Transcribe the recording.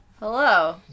Hello